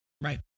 right